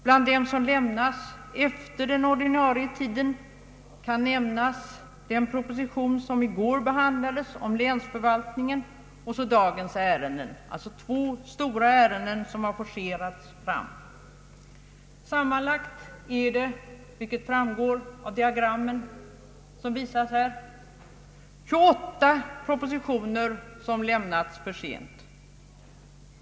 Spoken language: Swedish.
Bland de propositioner som har lämnats efter den ordinarie tiden kan nämnas den proposition som i går behandlades om länsförvaltningen samt dagens ärende, alltså två stora ärenden som har forcerats fram. Sammanlagt har — vilket framgår av det diagram som jag här visar i kammarens TV-apparater — 28 propositioner lämnats för sent.